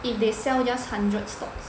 if they sell just hundred stocks